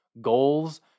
goals